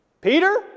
Peter